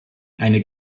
eine